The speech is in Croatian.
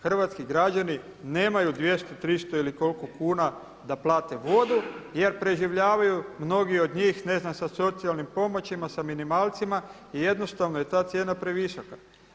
Hrvatski građani nemaju 200, 300 ili koliko kuna da plate vodu jer preživljavaju mnogi od njih, ne znam sa socijalnim pomoćima, sa minimalcima i jednostavno je ta cijena previsoka.